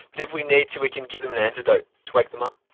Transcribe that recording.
but if we need to we can give them an antidote to wake them up.